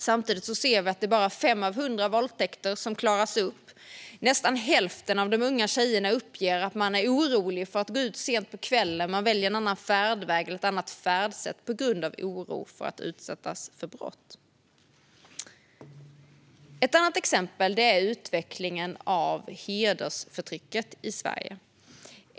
Samtidigt är det bara 5 av 100 våldtäkter som klaras upp. Nästan hälften av de unga tjejerna uppger att de är oroliga för att gå ut sent på kvällen och väljer en annan färdväg eller ett annat färdsätt på grund av oro för att utsättas för brott. Ett annat exempel är utvecklingen av hedersförtrycket i Sverige.